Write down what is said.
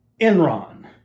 Enron